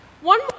One